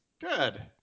Good